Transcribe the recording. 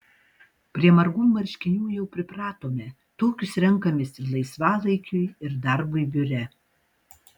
prie margų marškinių jau pripratome tokius renkamės ir laisvalaikiui ir darbui biure